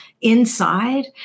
inside